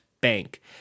bank